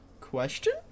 Question